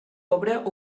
obra